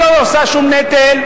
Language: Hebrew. שלא עושה שום נטל,